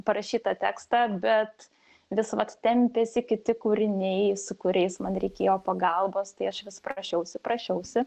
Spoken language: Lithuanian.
parašytą tekstą bet vis vat tempėsi kiti kūriniai su kuriais man reikėjo pagalbos tai aš vis prašiausi prašiausi